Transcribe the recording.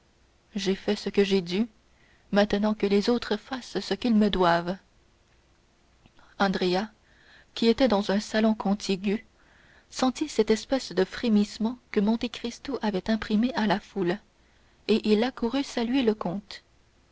j'ai fait ce que j'ai dû maintenant que les autres fassent ce qu'ils me doivent andrea qui était dans un salon contigu sentit cette espèce de frémissement que monte cristo avait imprimé à la foule et il accourut saluer le comte